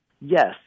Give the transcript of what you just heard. Yes